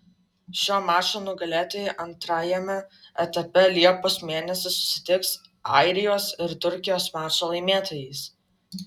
šio mačo nugalėtojai antrajame etape liepos mėnesį susitiks airijos ir turkijos mačo laimėtojais